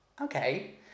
okay